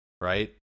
right